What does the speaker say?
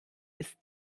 ist